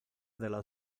della